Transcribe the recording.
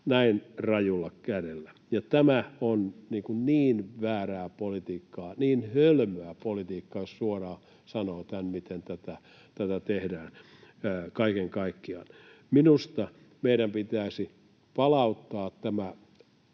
näin rajulla kädellä. Tämä on niin väärää politiikkaa, niin hölmöä politiikkaa, jos suoraan sanoo tämän, miten tätä tehdään kaiken kaikkiaan. Minusta meidän pitäisi palauttaa tämä